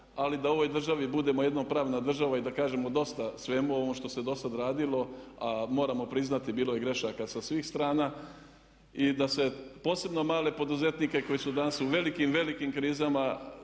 ali da u ovoj državi budemo jedino pravna država i da kažemo dosta svemu ovom što se do sad radilo, a moramo priznati bilo je grešaka sa svih strana. I da se posebno male poduzetnike koji su danas u velikim, velikim krizama